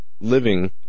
living